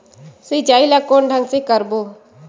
सिंचाई ल कोन ढंग से करबो?